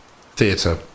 theatre